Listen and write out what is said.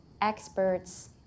experts